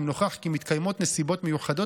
אם נוכח כי מתקיימות נסיבות מיוחדות